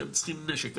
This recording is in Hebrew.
שהם צריכים נשק,